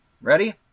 Ready